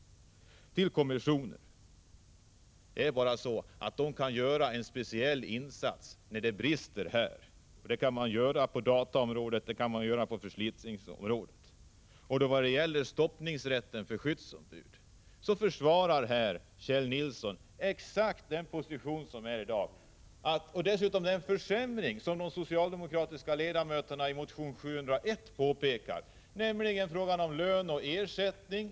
Om datamiljökommissionen vill jag bara säga följande. Denna kan göra en speciell insats för att vi skall komma till rätta med bristerna. Det gäller dataområdet och det gäller problemen med förslitningen. I vad gäller stoppningsrätten för skyddsombuden vill jag framhålla att Kjell Nilsson försvarar exakt den position som man i dag har, och dessutom den försämring som socialdemokratiska ledamöter har påpekat i motion 701, nämligen beträffande lön och ersättning.